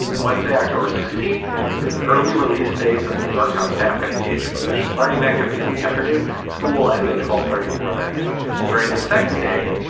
wednesday october sixteenth is an early release day so the yorktown staff can engage in professional learning activities in the afternoon school and at twelve thirty for that day during the second day